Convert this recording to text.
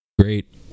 great